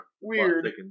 Weird